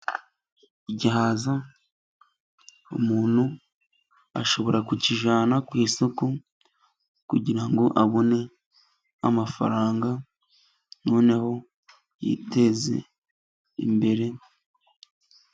Igihaza umuntu ashobora kukijyana ku isoko kugira ngo abone amafaranga, noneho yiteze imbere.